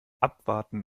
abwarten